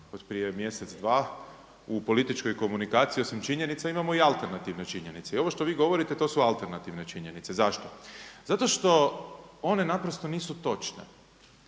od prije mjesec – dva, u političkoj komunikaciji osim činjenica imamo i alternativne činjenice. I ovo što vi govorite to su alternativne činjenice. Zašto? Zato što one naprosto nisu točne.